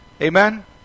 Amen